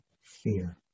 fear